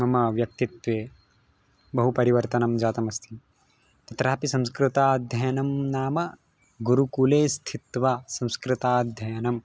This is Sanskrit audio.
मम व्यक्तित्वे बहु परिवर्तनं जातमस्ति तत्रापि संस्कृताध्ययनं नाम गुरुकुले स्थित्वा संस्कृताध्ययनं